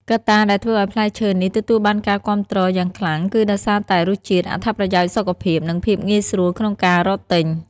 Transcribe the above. កត្តាដែលធ្វើឱ្យផ្លែឈើនេះទទួលបានការគាំទ្រយ៉ាងខ្លាំងគឺដោយសារតែ រសជាតិ អត្ថប្រយោជន៍សុខភាព និងភាពងាយស្រួលក្នុងការរកទិញ។